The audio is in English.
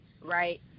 right